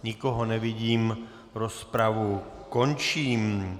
Nikoho nevidím, rozpravu končím.